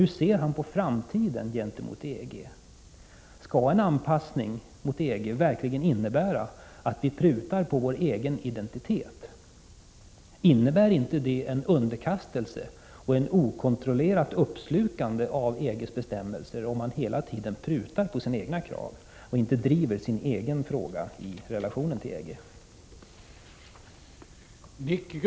Hur ser industriministern på framtiden? Skall en anpassning mot EG verkligen innebära att vi prutar på vår egen identitet? Innebär det inte en underkastelse och ett okontrollerat uppslukande av EG:s bestämmelser, om man hela tiden prutar på sina egna krav och inte driver sina egna frågor i relationen till EG?